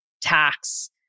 tax